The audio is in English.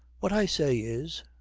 what i say is,